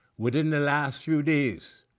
within the last few days,